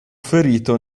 ferito